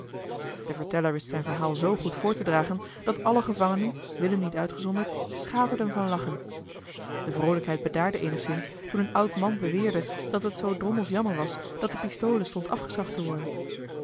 de verteller wist zijn verhaal zoo goed voor te dragen dat alle gevangenen willem niet uitgezonderd schaterden van lachen de vroolijkheid bedaarde eenigszins toen een oud man beweerde dat het zoo drommels jammer was dat de pistole stond afgeschaft te worden